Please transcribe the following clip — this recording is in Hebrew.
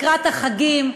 לקראת החגים,